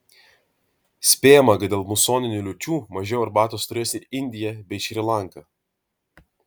spėjama kad dėl musoninių liūčių mažiau arbatos turės ir indija bei šri lanka